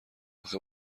اخه